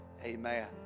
Amen